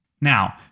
Now